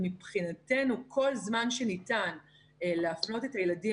מבחינתנו כל זמן שניתן להפנות את הילדים